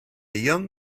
young